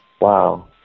wow